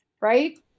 Right